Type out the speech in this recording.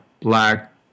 black